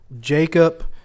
Jacob